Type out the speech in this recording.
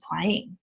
playing